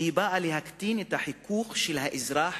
שהיא באה להקטין את החיכוך של האזרח